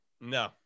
No